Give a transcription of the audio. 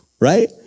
right